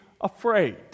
afraid